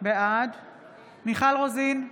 בעד מיכל רוזין,